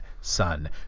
son